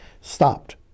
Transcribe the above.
stopped